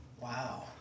Wow